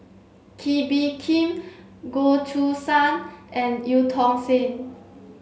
Kee Bee Khim Goh Choo San and Eu Tong Sen